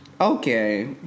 Okay